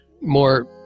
more